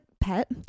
pet